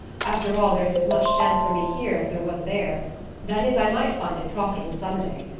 after all there is as much chance for me here as there was there that is, i might find it profitable some day.